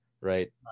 right